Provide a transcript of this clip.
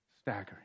Staggering